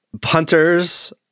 Punters